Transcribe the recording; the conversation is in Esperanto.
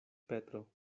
petro